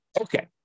Okay